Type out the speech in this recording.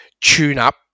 tune-up